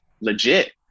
legit